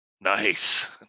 Nice